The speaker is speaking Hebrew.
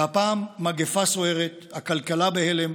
והפעם מגפה סוערת, הכלכלה בהלם,